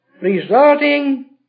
resulting